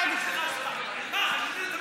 מח"ש הזמין את המשפחה,